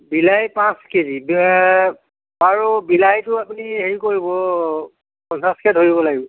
বিলাহী পাঁচ কেজি আৰু বিলাহীটো আপুনি হেৰি কৰিব পঞ্চাছকৈ ধৰিব লাগিব